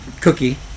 Cookie